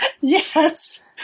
Yes